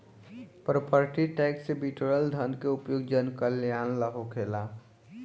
property tax से बिटोरल धन के उपयोग जनकल्यान ला होखेला